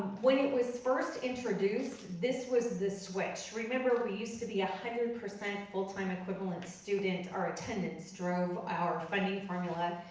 when it was first introduced, this was the switch. remember we used to be one hundred percent full-time equivalent student, our attendance drove our funding formula.